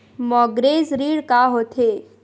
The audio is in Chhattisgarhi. मॉर्गेज ऋण का होथे?